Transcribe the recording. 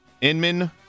Inman